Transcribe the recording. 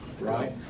Right